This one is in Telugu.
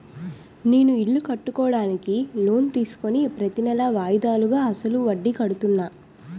నేను ఇల్లు కట్టుకోడానికి లోన్ తీసుకుని ప్రతీనెలా వాయిదాలుగా అసలు వడ్డీ కడుతున్నాను